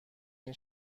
این